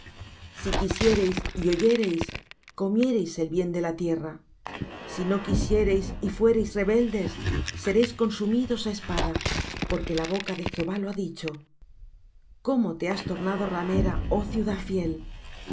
si quisiereis y oyereis comieréis el bien de la tierra si no quisiereis y fuereis rebeldes seréis consumidos á espada porque la boca de jehová lo ha dicho cómo te has tornado ramera oh ciudad fiel